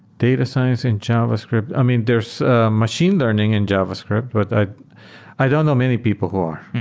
data science in javascript. i mean, there's machine learning in javascript, but i i don't know many people who are.